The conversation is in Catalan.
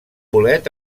bolet